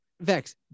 Vex